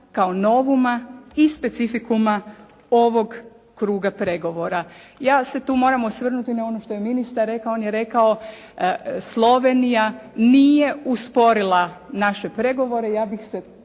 kao novuma i specifikuma ovog kruga pregovora. Ja se tu moram osvrnuti na ono što je ministar rekao, on je rekao Slovenija nije usporila naše pregovore, ja bih se